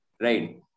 right